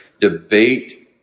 debate